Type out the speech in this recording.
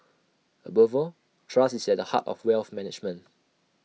above all trust is at the heart of wealth management